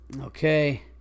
Okay